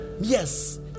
Yes